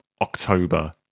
October